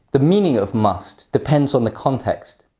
the meaning of must depends on the context.